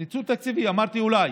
ניצול תקציבי, אמרתי אולי.